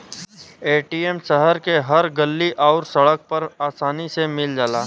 ATM शहर के हर गल्ली आउर सड़क पर आसानी से मिल जाला